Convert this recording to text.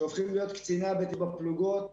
שהולכים להיות קציני הבטיחות בפלוגות ולסמג"דים,